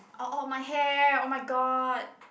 oh oh my hair oh-my-god